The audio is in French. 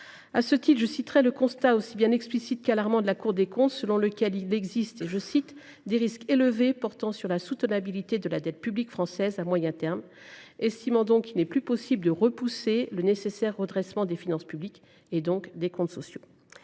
Enfin, je citerai le constat, aussi explicite qu’alarmant, de la Cour des comptes, selon lequel il existe « des risques élevés portant sur la soutenabilité de la dette publique française à moyen terme ». La Cour estime qu’il « n’est plus possible de repousser le nécessaire redressement des finances publiques », et donc des comptes sociaux.